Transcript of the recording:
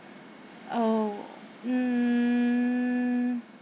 oh mm